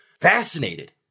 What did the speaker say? fascinated